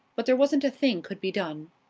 but there wasn't a thing could be done.